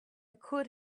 could